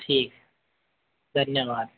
ठीक धन्यवाद